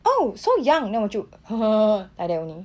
oh so young then 我就 like that only